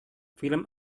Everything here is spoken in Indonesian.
film